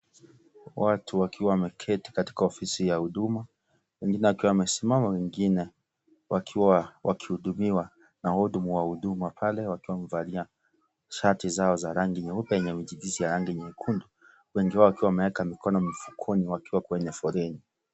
Watu wakiwa wameketi katika ofisi ya Huduma, wengine wakiwa wamesimama wengine wakihudumiwa na wahudumu wa huduma pale wakiwa wamevalia shati zaoza rangi nyeupe zenye michiriz nyekundu , wengi wao wakiwa wameweka mikono mfukoni wakiwa kwenye foleni.